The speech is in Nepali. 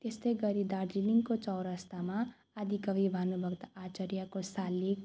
त्यस्तै गरी दार्जिलिङको चौरास्तामा आदिकवि भानुभक्त आचार्यको सालिक